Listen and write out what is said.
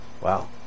wow